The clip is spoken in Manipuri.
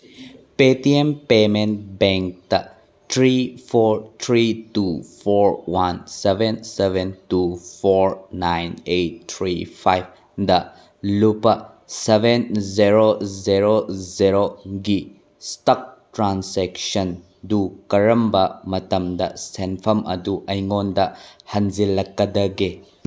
ꯄꯦ ꯇꯤ ꯑꯦꯝ ꯄꯦꯃꯦꯟ ꯕꯦꯡꯛꯇ three four three two four one seven seven two four nine eight three ꯐꯥꯏꯚꯗ ꯂꯨꯄꯥ ꯁꯕꯦꯟ ꯖꯦꯔꯣ ꯖꯦꯔꯣ ꯖꯦꯔꯣꯒꯤ ꯏꯁꯇꯛ ꯇ꯭ꯔꯥꯟꯁꯦꯛꯁꯟꯗꯨ ꯀꯔꯝꯕ ꯃꯇꯝꯗ ꯁꯦꯟꯐꯝ ꯑꯗꯨ ꯑꯩꯉꯣꯟꯗ ꯍꯟꯖꯤꯜꯂꯛꯀꯗꯒꯦ